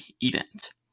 event